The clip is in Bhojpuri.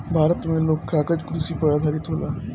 भारत मे लोग कागज कृषि पर आधारित होला